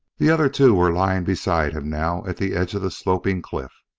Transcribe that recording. the other two were lying beside him now at the edge of the sloping cliff.